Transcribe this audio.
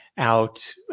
out